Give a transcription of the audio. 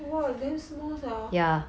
!wah! damn small sia